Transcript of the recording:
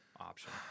option